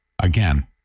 Again